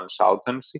consultancy